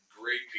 Great